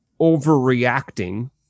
overreacting